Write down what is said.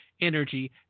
energy